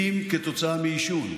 כתוצאה מעישון.